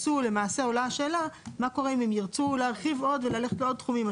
ולמעשה עולה השאלה מה קורה אם הם ירצו להרחיב עוד וללכת לעוד תחומים.